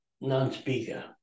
non-speaker